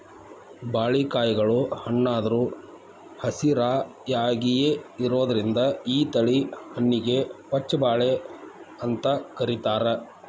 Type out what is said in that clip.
ಬಾಳಿಕಾಯಿಗಳು ಹಣ್ಣಾದ್ರು ಹಸಿರಾಯಾಗಿಯೇ ಇರೋದ್ರಿಂದ ಈ ತಳಿ ಹಣ್ಣಿಗೆ ಪಚ್ಛ ಬಾಳೆ ಅಂತ ಕರೇತಾರ